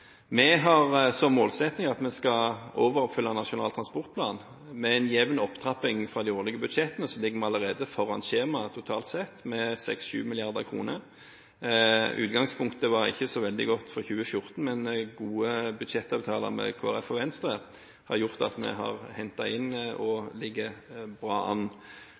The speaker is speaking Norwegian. Vi har som målsetting at vi skal overoppfylle Nasjonal transportplan. Med en jevn opptrapping fra de årlige budsjettene ligger vi allerede foran skjemaet totalt sett med 6–7 mrd. kr. Utgangspunktet var ikke så veldig godt fra 2014, men gode budsjettavtaler med Kristelig Folkeparti og Venstre har gjort at vi har hentet inn og ligger bra an.